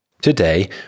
Today